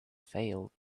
failed